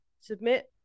submit